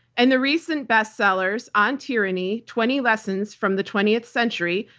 and the recent bestsellers on tyranny twenty lessons from the twentieth century,